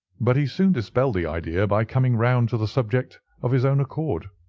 but he soon dispelled the idea by coming round to the subject of his own accord.